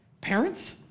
Parents